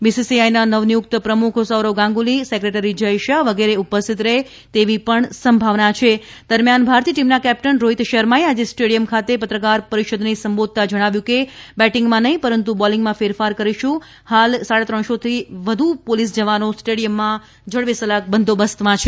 બીસીસીઆઈના નવનિયુક્ત પ્રમુખ સૌરવ ગાંગુલી સેક્રેટરી જય શાહ વગેરે ઉપસ્થિત રહે તેવી સંભાવનાછે દરમ્યાન ભારતીય ટીમના કેપ્ટન રોહિતશર્માએ આજે સ્ટેડિયમ ખાતે પત્રકાર પરિષદને સંબોધતા જણાવ્યું છે કે બેટીંગમાં નહીંપરંતુ બોલીંગમાં ફેરફાર કરીશું હાલ સાડા ત્રણસોથી વધુ પોલીસ જવાનો સ્ટેડિયમના જડબેસલાકબંદોબસ્તમાં છે